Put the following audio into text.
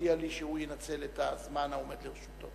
הודיע לי שהוא ינצל את הזמן העומד לרשותו.